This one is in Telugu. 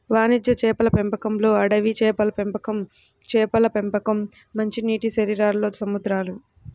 వాణిజ్య చేపల పెంపకంలోఅడవి చేపల పెంపకంచేపల పెంపకం, మంచినీటిశరీరాల్లో సముద్రాలు